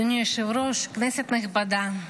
אדוני היושב-ראש, כנסת נכבדה,